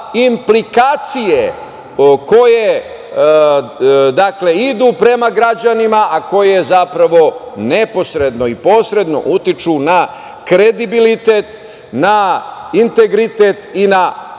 implikacije koje idu prema građanima, a koje zapravo neposredno i posredno utiču na kredibilitet, na integritet i, na